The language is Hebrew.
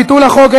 ביטול החוק),